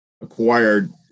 acquired